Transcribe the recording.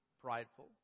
prideful